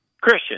Christian